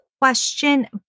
question